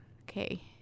Okay